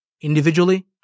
individually